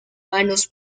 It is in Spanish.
manos